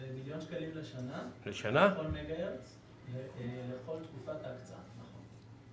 זה מיליון שקלים לשנה לכל תקופת ה-...